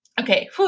Okay